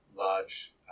Large